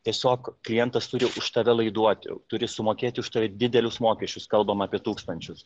tiesiog klientas turi už tave laiduot jau turi sumokėti už tave didelius mokesčius kalbam apie tūkstančius